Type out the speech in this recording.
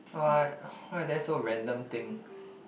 what why are there so random things